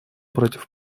против